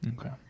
okay